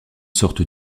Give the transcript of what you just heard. sortent